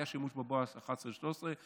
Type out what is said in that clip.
היה שימוש בבואש ב-11 וב-13.